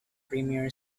premier